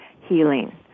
healing